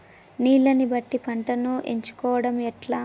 నీళ్లని బట్టి పంటను ఎంచుకోవడం ఎట్లా?